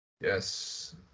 Yes